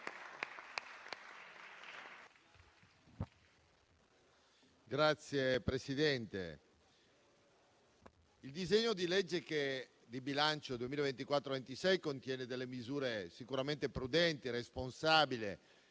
Signor Presidente, il disegno di legge di bilancio per il 2024 contiene delle misure sicuramente prudenti, responsabili